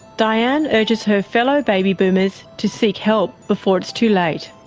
dianne urges her fellow baby boomers to seek help before it's too late.